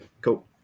Cool